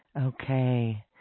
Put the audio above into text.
Okay